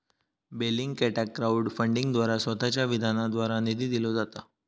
बेलिंगकॅटाक क्राउड फंडिंगद्वारा स्वतःच्या विधानाद्वारे निधी दिलो जाता